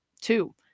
Two